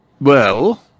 Well